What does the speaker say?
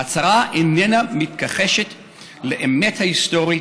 ההצהרה איננה מתכחשת לאמת ההיסטורית